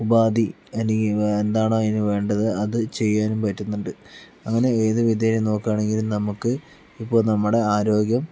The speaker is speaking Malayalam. ഉപാധി അല്ലെങ്കിൽ എന്താണ് അതിന് വേണ്ടത് അത് ചെയ്യാനും പറ്റുന്നുണ്ട് അങ്ങനെ ഏത് വിധേന നോക്കുവാണെങ്കിലും നമുക്ക് ഇപ്പൊൾ നമ്മുടെ ആരോഗ്യം